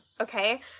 okay